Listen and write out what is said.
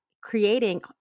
creating